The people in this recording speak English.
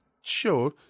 sure